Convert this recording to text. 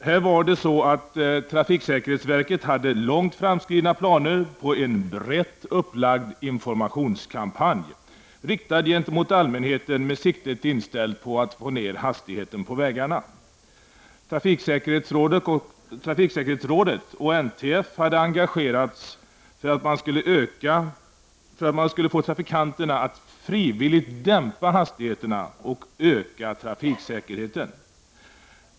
Här hade trafiksäkerhetsverket långt framskridna planer på en brett upplagd informationskampanj riktad gentemot allmänheten med siktet inställt på att få ner hastigheterna på vägarna. Trafiksäkerhetsrådet och NTF hade engagerats för att man skulle få trafikanterna att frivilligt dämpa hastigheterna och öka trafiksäkerheten.